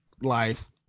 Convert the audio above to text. life